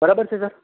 બરાબર છે સર